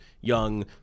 young